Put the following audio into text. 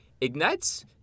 ignites